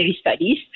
Studies